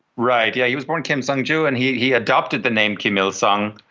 right, yeah he was born kim song-ju and he he adopted the name kim il-sung,